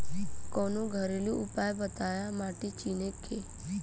कवनो घरेलू उपाय बताया माटी चिन्हे के?